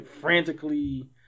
frantically